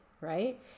right